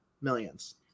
millions